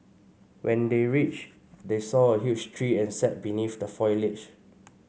when they reached they saw a huge tree and sat beneath the foliage